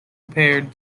paired